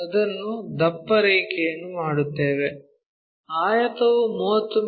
ಅದನ್ನು ದಪ್ಪ ರೇಖೆಯನ್ನು ಮಾಡುತ್ತೇವೆ ಆಯತವು 30 ಮಿ